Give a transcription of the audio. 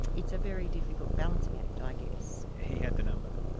it's a very difficult balancing act, i guess. he had the number?